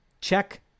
check